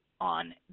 on